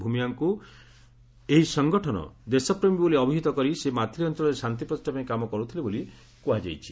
ଭ୍ମିଆଙ୍କୁ ଏହି ସଂଗଠନ ଦେଶପ୍ରେମୀ ବୋଲି ଅବିହିତ କରି ସେ ମାଥିଲି ଅଂଚଳରେ ଶାନ୍ତି ପ୍ରତିଷ୍ଠା ପାଇଁ କାମ କରୁଥିଲେ ବୋଲି କୁହାଯାଉଛି